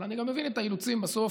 אבל אני גם מבין את האילוצים בסוף